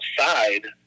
outside